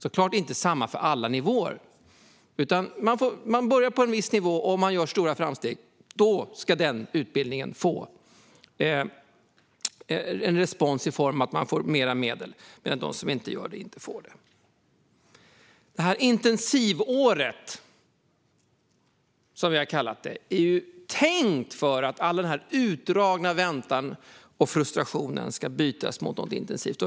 Såklart ska det inte vara samma för alla nivåer, utan man börjar på en viss nivå. Gör man stora framsteg ska utbildningen få respons i form av mer medel medan de som inte gör det inte får det. Med det här intensivåret, som vi har kallat det, är det tänkt att all den utdragna väntan och frustrationen ska bytas mot något intensivt.